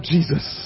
Jesus